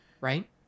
Right